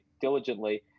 diligently